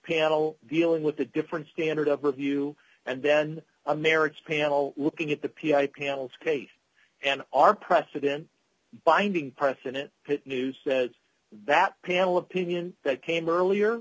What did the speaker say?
panel dealing with a different standard of review and then a marriage panel looking at the piano canales case and our precedent binding precedent that news says that panel opinion that came earlier